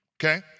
Okay